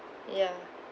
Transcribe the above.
ya